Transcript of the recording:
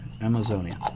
Amazonia